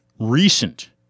recent